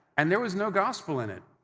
and there was no gospel in it.